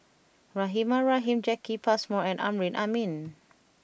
Rahimah Rahim Jacki Passmore and Amrin Amin